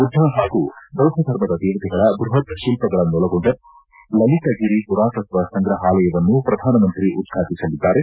ಬುದ್ದ ಹಾಗೂ ಬೌದ್ದ ಧರ್ಮದ ದೇವತೆಗಳ ಬ್ಬಹತ್ ಶಿಲ್ಪಗಳನ್ನೊಳಗೊಂಡ ಲಲಿತಗಿರಿ ಮರಾತತ್ವ ಸಂಗ್ರಾಹಲಯವನ್ನು ಪ್ರಧಾನಮಂತ್ರಿ ಉದ್ಘಾಟಸಲಿದ್ದಾರೆ